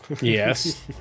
Yes